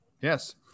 Yes